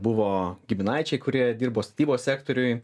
buvo giminaičiai kurie dirbo statybos sektoriuj